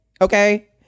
Okay